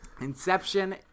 Inception